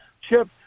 Chip